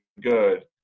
good